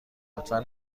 لطفا